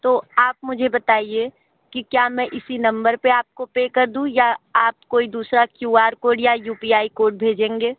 तो आप मुझे बताए कि क्या मैं इसी नंबर पर आपको पे कर दूँ या आप कोई दूसरा क्यू आर कोड या यू पी आई कोड भेजेंगे